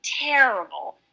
terrible